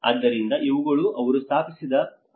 ಆದ್ದರಿಂದ ಇವುಗಳು ಅವರು ಸ್ಥಾಪಿಸಿದ ಆದ್ಯತೆಗಳ ಪ್ರಕಾರಗಳಾಗಿವೆ